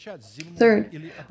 Third